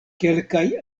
kelkaj